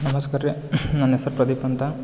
ನಮಸ್ಕಾರ ರೀ ನನ್ನ ಹೆಸ್ರ್ ಪ್ರದೀಪ್ ಅಂತ